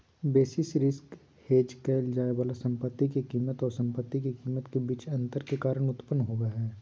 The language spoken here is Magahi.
बेसिस रिस्क हेज क़इल जाय वाला संपत्ति के कीमत आऊ संपत्ति के कीमत के बीच अंतर के कारण उत्पन्न होबा हइ